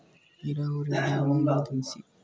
ನೀರಾವರಿಯ ವಿಧಾನಗಳನ್ನು ತಿಳಿಸಿ?